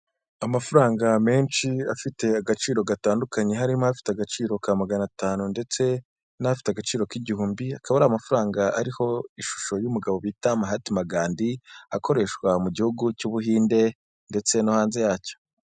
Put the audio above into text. Amafaranga menshi afite agaciro gatandukanye harimo afite agaciro ka magana atanu ndetse n'afite agaciro k'igihumbi, akaba ari amafaranga ariho ishusho y'umugabo bita Mahatima Gandi akoreshwa mu Gihugu cy'Ubuhinde ndetse no hanze yacyo.